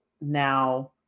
now